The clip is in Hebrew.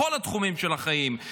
בכל התחומים של החיים.